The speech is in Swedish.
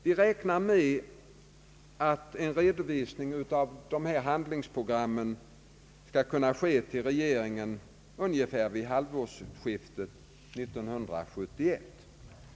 Vi räknar med att en redovisning av dessa handlingsprogram till regeringen skall kunna ske ungefär vid halvårsskiftet 1971.